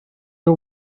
nhw